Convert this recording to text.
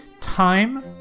Time